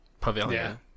Pavilion